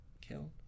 killed